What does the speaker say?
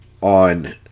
on